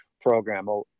program